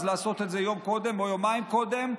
לעשות את זה יום קודם או יומיים קודם,